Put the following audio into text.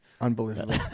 Unbelievable